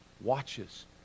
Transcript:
watches